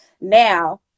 Now